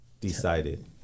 decided